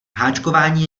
háčkování